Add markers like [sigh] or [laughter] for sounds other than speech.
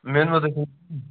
[unintelligible]